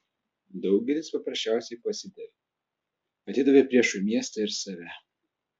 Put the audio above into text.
daugelis paprasčiausiai pasidavė atidavė priešui miestą ir save